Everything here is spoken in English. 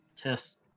test